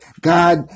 God